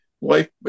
life